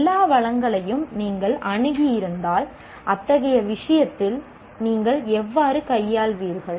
எல்லா வளங்களையும் நீங்கள் அணுகியிருந்தால் அத்தகைய விஷயத்தில் நீங்கள் எவ்வாறு கையாள்வீர்கள்